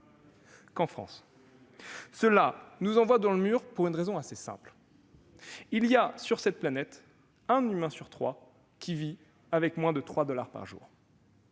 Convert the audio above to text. une fois, cela nous envoie dans le mur pour une raison assez simple. Sur cette planète, un humain sur trois vit avec moins de 3 dollars par jour.